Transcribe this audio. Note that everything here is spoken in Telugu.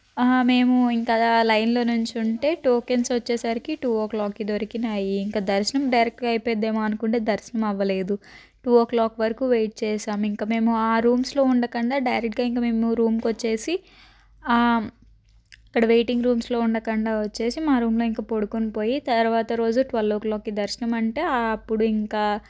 మేము ఇంకా అలా లైన్లో నిల్చుంటే టోకెన్స్ వచ్చేసరికి టు ఓ క్లాక్కి దొరికాయి ఇంకా దర్శనం డైరెక్ట్గా అయిపోదేమో అనుకుంటే దర్శనం అవ్వలేదు టు ఓ క్లాక్ వరకు వెయిట్ చేసాం ఇంక మేము ఆ రూమ్స్లో ఉండకుండా డైరెక్ట్గా ఇంకా మేము రూమ్కి వచ్చేసి ఇక్కడ వెయిటింగ్ రూమ్స్లో ఉండకుండా వచ్చేసి మా రూమ్లో ఇంకా పడుకొని పోయి తర్వాత రోజు ట్వెల్వ్ ఓ క్లాక్కి దర్శనం అంటే అప్పుడు ఇంకా